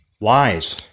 lies